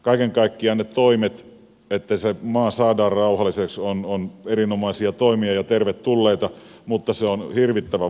kaiken kaikkiaan toimet sen eteen että se maa saadaan rauhalliseksi ovat erinomaisia toimia ja tervetulleita mutta se on hirvittävän vaikeaa